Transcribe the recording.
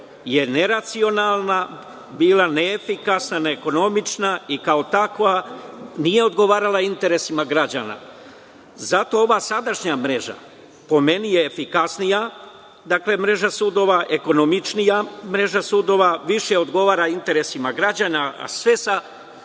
je neracionalna je bila, neefikasna, neekonomična i kao takva nije odgovarala interesima građana. Zato ova sadašnja mreža po meni je efikasnija mreža sudova, ekonomičnija, više odgovara interesima građana, a sve sa